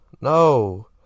No